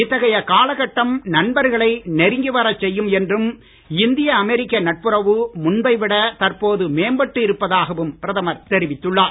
இத்தகைய காலக் கட்டம் நண்பர்களை நெருங்கி வரச் செய்யும் என்றும் இந்திய அமெரிக்க நட்புறவு முன்பை விட தற்போது மேம்பட்டு இருப்பதாகவும் பிரதமர் தெரிவித்துள்ளார்